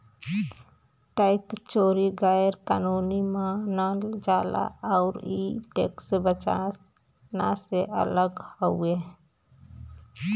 tax चोरी गैर कानूनी मानल जाला आउर इ टैक्स बचाना से अलग हउवे